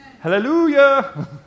Hallelujah